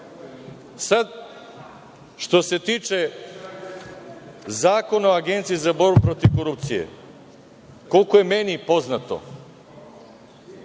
što se tiče Zakona o Agenciji za borbu protiv korupcije. Koliko je meni poznato,